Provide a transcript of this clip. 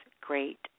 great